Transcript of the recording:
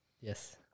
Yes